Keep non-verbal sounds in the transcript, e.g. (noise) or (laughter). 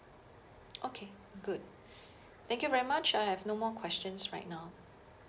okay good (breath) thank you very much I have no more question right now